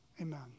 amen